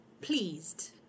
pleased